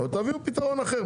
אבל תביאו פתרון אחר.